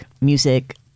music